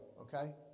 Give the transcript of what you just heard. okay